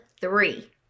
three